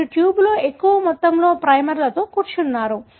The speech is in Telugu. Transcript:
కానీ మీరు ట్యూబ్లో ఎక్కువ మొత్తంలో ప్రైమర్లను కూర్చున్నారు